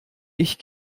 ich